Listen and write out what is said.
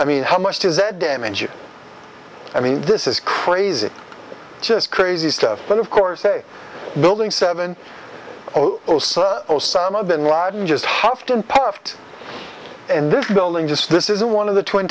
i mean how much does that damage you i mean this is crazy just crazy stuff but of course a building seven osama bin laden just how often puffed in this building just this isn't one of the twin